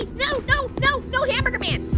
no, no, no, no, hamburger man.